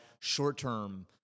short-term